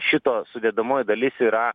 šito sudedamoji dalis yra